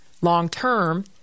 long-term